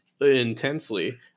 intensely